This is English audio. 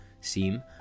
seem